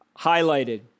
highlighted